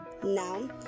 Now